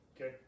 Okay